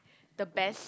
the best